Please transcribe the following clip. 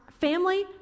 family